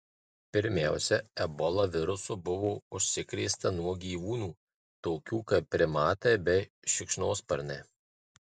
pirmiausia ebola virusu buvo užsikrėsta nuo gyvūnų tokių kaip primatai bei šikšnosparniai